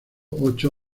ocho